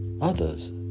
Others